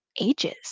ages